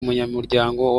umunyamuryango